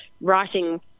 writing